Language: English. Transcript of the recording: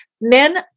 men